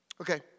Okay